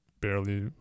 barely